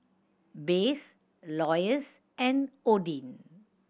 Besse Loyce and Odin